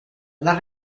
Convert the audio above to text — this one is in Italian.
dal